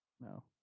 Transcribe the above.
No